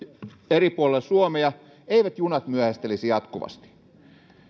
eri puolilla suomea eivät junat myöhästelisi jatkuvasti